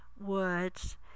words